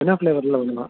என்ன ஃப்ளேவரில் வேணும்மா